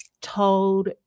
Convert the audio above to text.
told